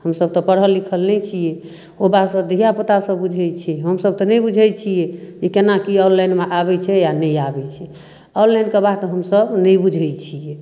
हमसब तऽ पढ़ल लिखल नहि छियै ओ बात सब धियापुता सब बुझय छै हमसब तऽ नहि बुझय छियै जे केना की ऑनलाइनमे आबय छै आओर नहि आबय छै ऑनलाइनके बात हमसब नहि बुझय छियै